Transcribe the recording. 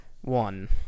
One